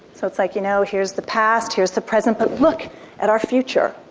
so it's like, you know, here's the past, here's the present, but look at our future.